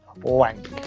Wank